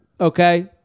okay